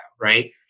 right